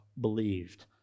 believed